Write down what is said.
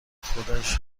خودش